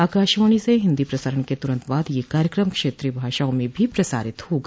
आकाशवाणी से हिन्दी प्रसारण के तुरंत बाद यह कार्यक्रम क्षेत्रीय भाषाओं में भी प्रसारित होगा